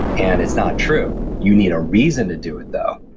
and it's not true. you need a reason to do it, though.